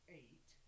eight